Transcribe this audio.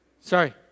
Sorry